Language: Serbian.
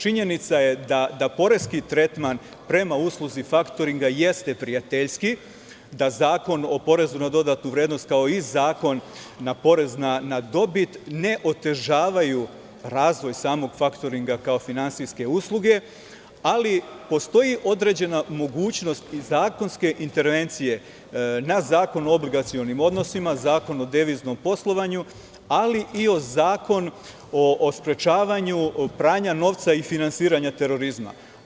Činjenica da poreski tretman prema usluzi faktoringa jeste prijateljski, da Zakon o PDV, kao i Zakon na porez na dobit, ne otežavaju razvoj samo faktoringa kao finansijske usluge, ali postoji određena mogućnost i zakonske intervencije na Zakon o obligacionim odnosima, Zakon o deviznom poslovanju, ali i o Zakonu o sprečavanju pranja novca i finansiranja terorizma.